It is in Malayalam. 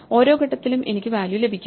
ഓരോ ഘട്ടത്തിലും എനിക്ക് വാല്യൂ ലഭിക്കും